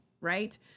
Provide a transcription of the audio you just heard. Right